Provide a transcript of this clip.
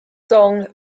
song